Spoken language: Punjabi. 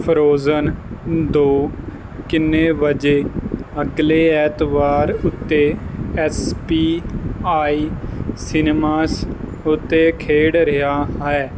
ਫਰੋਜ਼ਨ ਦੋ ਕਿੰਨੇ ਵਜੇ ਅਗਲੇ ਐਤਵਾਰ ਉੱਤੇ ਐਸ ਪੀ ਆਈ ਸਿਨੇਮਾਸ ਉੱਤੇ ਖੇਡ ਰਿਹਾ ਹੈ